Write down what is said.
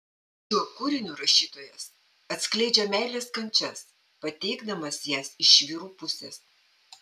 šiuo kūriniu rašytojas atskleidžia meilės kančias pateikdamas jas iš vyrų pusės